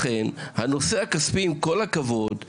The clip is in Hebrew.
לכן הנושא הכספי, עם כל הכבוד לרמ"י,